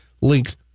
linked